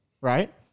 right